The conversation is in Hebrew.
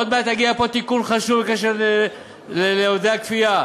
עוד מעט יגיע לפה תיקון חשוב בקשר לעובדי הכפייה.